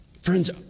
Friends